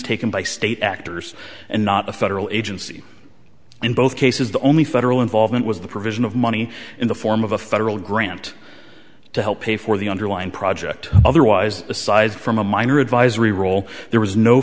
taken by state actors and not a federal agency in both cases the only federal involvement was the provision of money in the form of a federal grant to help pay for the underlying project otherwise aside from a minor advisory role there was no